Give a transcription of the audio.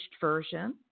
version